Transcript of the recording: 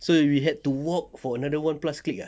so we had to walk for one plus click ah